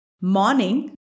morning